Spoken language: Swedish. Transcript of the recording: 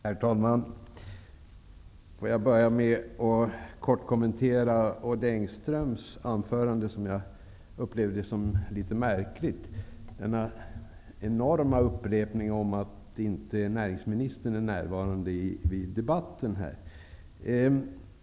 Herr talman! Låt mig börja med att kort kommentera Odd Engströms anförande, som jag upplevde som litet märkligt, med detta ständiga upprepande av att näringsministern inte är närvarande vid debatten.